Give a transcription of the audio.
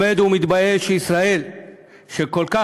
עומד ומתבייש שישראל שאתה,